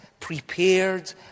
prepared